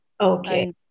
Okay